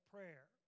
Prayer